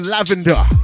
Lavender